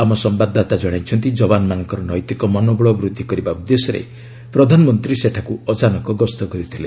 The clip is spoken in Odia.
ଆମ ସମ୍ଭାଦଦାତା ଜଣାଇଛନ୍ତି ଯବାନମାନଙ୍କର ନୈତିକ ମନୋବଳ ବୃଦ୍ଧି କରିବା ଉଦ୍ଦେଶ୍ୟରେ ପ୍ରଧାନମନ୍ତ୍ରୀ ସେଠାକୁ ଅଚାନକ ଗସ୍ତ କରିଥିଲେ